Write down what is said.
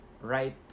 right